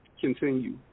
continue